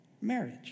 marriage